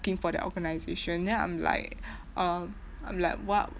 for the organisation then I'm like uh I'm like what